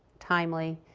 timely,